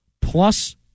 plus